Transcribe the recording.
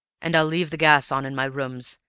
and i'll leave the gas on in my rooms,